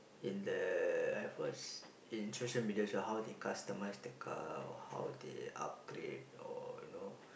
in the at first in social media how they customise the car or how they upgrade or you know